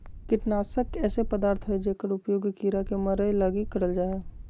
कीटनाशक ऐसे पदार्थ हइंय जेकर उपयोग कीड़ा के मरैय लगी करल जा हइ